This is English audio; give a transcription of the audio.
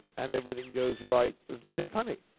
and everything goes right, there's nothing funny.